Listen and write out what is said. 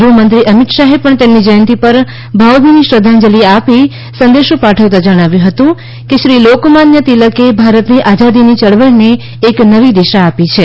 ગૃહમંત્રી અમિત શાહે પણ તેમની જયંતિ પર ભાવભીની શ્રદ્ધાંજલિ આપી સંદેશો પાઠવતા જણાવ્યું હતું કે શ્રી લોકમાન્ય તિલકે ભારતની આઝાદીની યળવળને એક નવી દિશા આપી છે